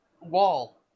Wall